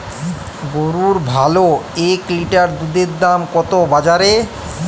গরুর ভালো এক লিটার দুধের দাম কত বাজারে?